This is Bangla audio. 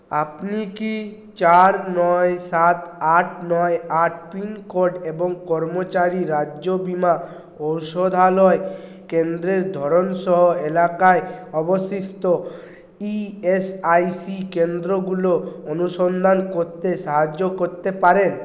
আপনি কি চার নয় সাত আট নয় আট পিন কোড এবং কর্মচারী রাজ্য বিমা ঔষধালয় কেন্দ্রের ধরন সহ এলাকায় অবস্থিত ইএসআইসি কেন্দ্রগুলো অনুসন্ধান করতে সাহায্য করতে পারেন